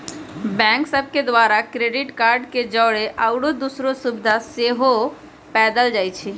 bank सभ के द्वारा क्रेडिट कार्ड के जौरे आउरो दोसरो सुभिधा सेहो पदेल जाइ छइ